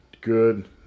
good